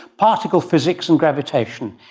particle physics and gravitation.